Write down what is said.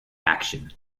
action